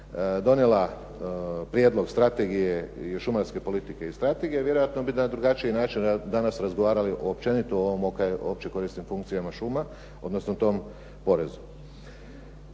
donijela prijedlog strategije šumarske politike i strategije, vjerojatno bi na drugačiji način danas razgovarali općenito o opće korisnim funkcijama šuma, odnosno tom porezu.